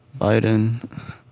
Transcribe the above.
Biden